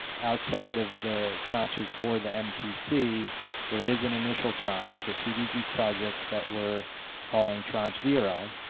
outside of the tranches for the mtc there is an initial tranche for cdg projects that were calling tranche zero.